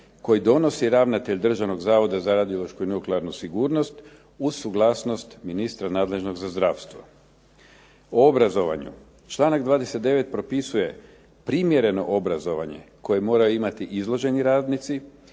koji donosi ravnatelj Državnog zavoda za radiološku i nuklearnu sigurnost, uz suglasnost ministra nadležnog za zdravstvo. O obrazovanju, članak 29. propisuje primjereno obrazovanje koje moraju imati izloženi radnici